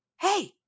Hey